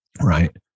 Right